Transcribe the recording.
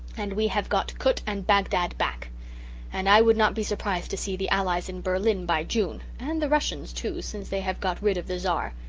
and we have got kut and bagdad back and i would not be surprised to see the allies in berlin by june and the russians, too, since they have got rid of the czar.